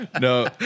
No